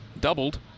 doubled